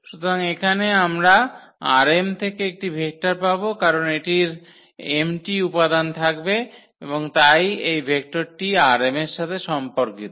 সুতরাং এখানে আমরা ℝm থেকে একটি ভেক্টর পাব কারণ এটির m টি উপাদান থাকবে এবং তাই এই ভেক্টরটি ℝm এর সাথে সম্পর্কিত